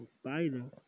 Spider